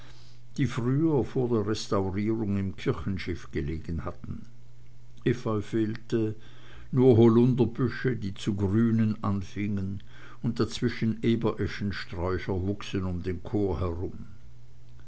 die früher vor der restaurierung im kirchenschiff gelegen hatten efeu fehlte nur holunderbüsche die zu grünen anfingen und dazwischen ebereschensträucher wuchsen um den chor herum